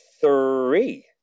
three